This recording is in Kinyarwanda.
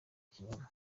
ikinyoma